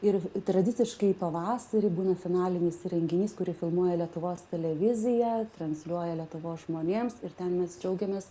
ir tradiciškai pavasarį būna finalinis renginys kurį filmuoja lietuvos televizija transliuoja lietuvos žmonėms ir ten mes džiaugiamės